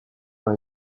dans